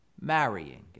marrying